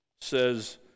says